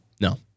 no